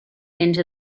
into